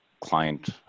client